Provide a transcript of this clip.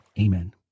Amen